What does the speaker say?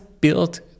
built